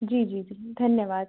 जी जी जी धन्यवाद